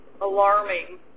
alarming